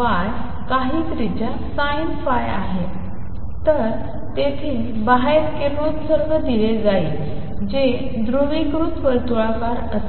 y काही त्रिज्या sin phi आहे तर तेथे बाहेर किरणोत्सर्ग दिले जाईल जे ध्रुवीकृत वर्तुळाकार असेल